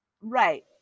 right